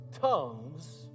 tongues